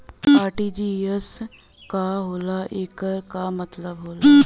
RTGS का होला एकर का मतलब होला?